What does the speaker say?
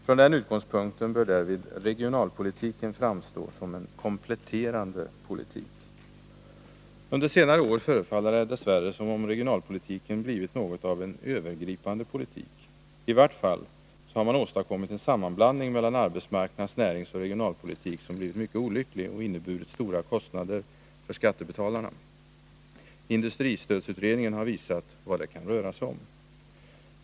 Från den utgångspunkten bör därvid regionalpolitiken framstå som en kompletterande politik. Under senare år förefaller det dess värre som om regionalpolitiken har blivit något av en ”övergripande” politik. I vart fall har man åstadkommit en sammanblandning mellan arbetsmarknads-, näringsoch regionalpolitik som blivit mycket olycklig och inneburit stora kostnader för skattebetalarna. Industristödsutredningen har visat vad det kan röra sig om.